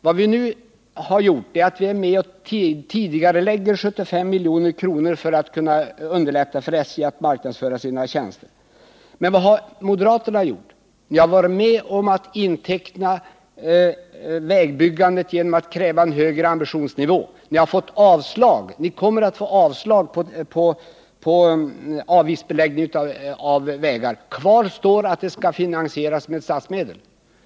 Vad vi nu har gjort är att gå med på att tidigarelägga ett anslag på 75 milj.kr. för att underlätta för SJ att marknadsföra sina tjänster. Men vad har moderaterna gjort? Ni har varit med om att inteckna vägbyggandet genom att kräva en högre ambitionsnivå. Ni kommer att få avslag på förslaget om avgiftsbeläggning av vägar. Kvar står att de skall finansieras med statsmedel.